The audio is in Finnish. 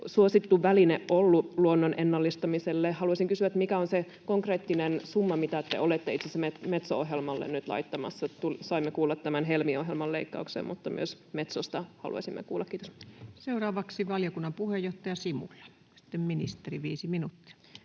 suosittu väline luonnon ennallistamisessa. Haluaisin kysyä, mikä on se konkreettinen summa, mitä te olette itse asiassa Metso-ohjelmalle nyt laittamassa. Saimme kuulla Helmi-ohjelman leikkauksen, mutta myös Metsosta haluaisimme kuulla. — Kiitos. [Speech 466] Speaker: Ensimmäinen